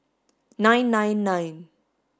nine nine nine